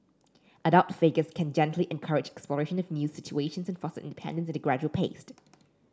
adult figures can gently encourage exploration of new situations and foster independence at a gradual pace